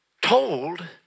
told